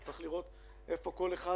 וצריך לראות איפה כל אחד